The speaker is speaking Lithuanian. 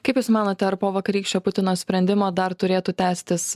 kaip jūs manote ar po vakarykščio putino sprendimo dar turėtų tęstis